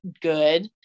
good